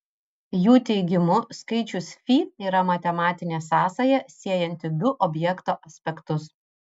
jų teigimu skaičius fi yra matematinė sąsaja siejanti du objekto aspektus